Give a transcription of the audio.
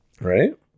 Right